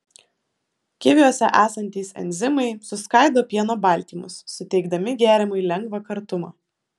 kiviuose esantys enzimai suskaido pieno baltymus suteikdami gėrimui lengvą kartumą